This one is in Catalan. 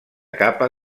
capa